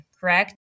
correct